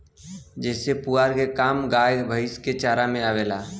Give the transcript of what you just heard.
जेसे पुआरा के काम गाय भैईस के चारा में आवेला